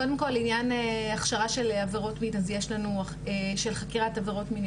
קודם כל לעניין הכשרה של חקירת עבירות מין,